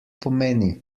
pomeni